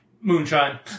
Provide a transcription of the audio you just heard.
Moonshine